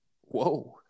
Whoa